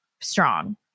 strong